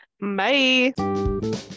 bye